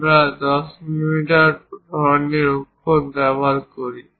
আমরা 10 মিলিমিটার ধরনের অক্ষর ব্যবহার করি